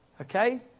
Okay